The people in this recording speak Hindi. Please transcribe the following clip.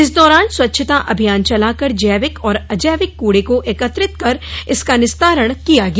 इस दौरान स्वच्छता अभियान चलाकर जैविक और अजैविक कूड़े को एकत्रित कर इसका निस्तारण किया गया